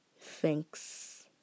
thanks